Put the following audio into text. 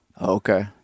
Okay